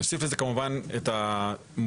נוסיף לזה כמובן את המוקד,